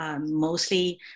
Mostly